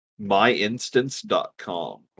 Myinstance.com